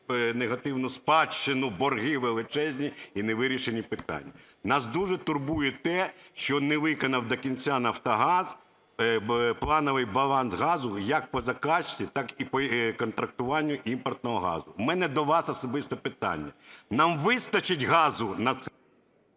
негативну спадщину – борги величезні і не вирішені питання. Нас дуже турбує те, що не виконав до кінця Нафтогаз плановий баланс газу як по закачці, так і по контрактуванню імпортного газу. У мене до вас особисто питання: нам вистачить газу на